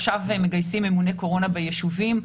עכשיו מגייסים ממוני קורונה בישובים,